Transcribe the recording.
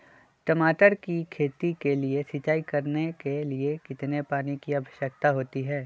टमाटर की खेती के लिए सिंचाई करने के लिए कितने पानी की आवश्यकता होती है?